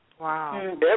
Wow